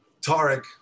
Tarek